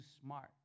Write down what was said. smart